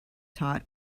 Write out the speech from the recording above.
taught